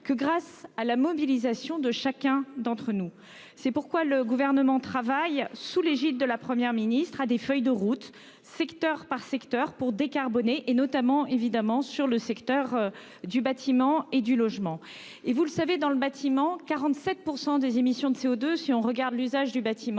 que grâce à la mobilisation de chacun d'entre nous. C'est pourquoi le gouvernement travaille sous l'égide de la Première ministre a des feuilles de route secteur par secteur pour décarboner et notamment évidemment sur le secteur du bâtiment et du logement. Et vous le savez dans le bâtiment 47% des émissions de CO2. Si on regarde l'usage du bâtiment,